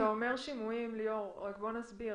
כשאתה אומר "שימועים", ליאור, בוא נסביר.